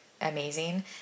Amazing